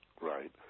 right